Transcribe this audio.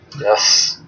Yes